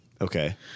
Okay